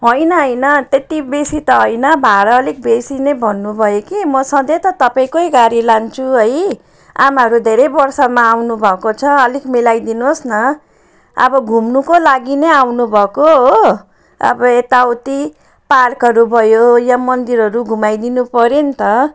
होइन होइन त्यत्ति बेसी त होइन भाडा अलिक बेसी नै भन्नुभयो कि म सधैँ त तपाईँकै गाडी लान्छु है आमाहरू धेरै वर्षमा आउनुभएको छ अलिक मिलाइदिनु होस् न अब घुम्नुको लागि नै आउनुभएको हो अब यताउति पार्कहरू भयो यहाँ मन्दिरहरू घुमाइदिनु पऱ्यो नि त